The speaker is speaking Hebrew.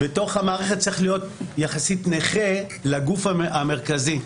-- בתוך המערכת צריך להיות יחסית נכה לגוף המרכזי.